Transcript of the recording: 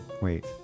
wait